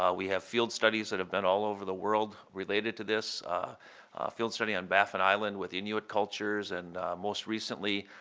ah we have field studies that have been all over the world related to this. a field study on baffin island with inuit cultures, and most recently,